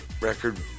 record